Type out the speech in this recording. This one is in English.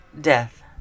death